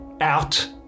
out